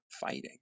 fighting